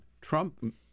Trump